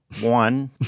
one